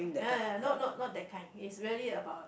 ya ya not not not that kind it's really about a